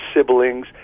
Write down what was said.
siblings